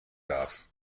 darf